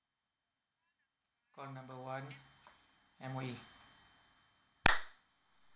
call number one M_O_E